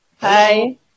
Hi